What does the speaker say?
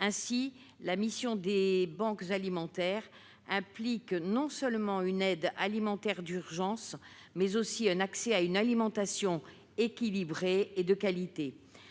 Ainsi, la mission des banques alimentaires implique non seulement une aide alimentaire d'urgence, mais aussi un accès à une alimentation équilibrée et de qualité.